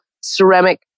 ceramic